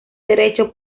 derecho